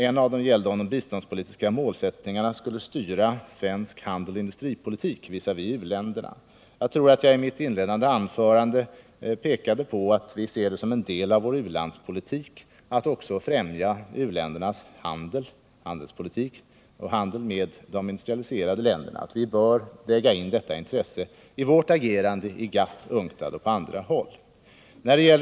En av dem gällde om de biståndspolitiska målsättningarna skulle styra vår handelsoch industripolitik visavi u-länderna. Jag tror att jag i mitt inledande anförande pekade på att vi ser som en del av vår u-landspolitik att också främja u-ländernas handelspolitik och handeln med de industrialiserade länderna och att vi bör lägga in detta intresse i vårt agerande i GATT, UNCTAD och på andra håll.